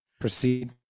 proceed